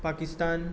Pakistan